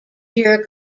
year